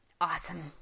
Awesome